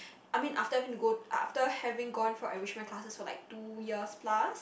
I mean after having to go after having gone for enrichment classes for like two years plus